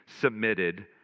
submitted